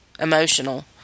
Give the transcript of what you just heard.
emotional